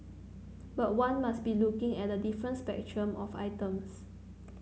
but one must be looking at a different spectrum of items